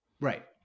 Right